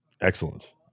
Excellent